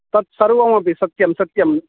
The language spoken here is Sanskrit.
तत् सर्वमपि सत्यं सत्यं